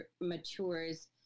matures